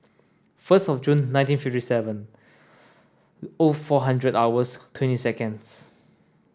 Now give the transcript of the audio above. first of June nineteen fifty seven O four hundred hours twenty seconds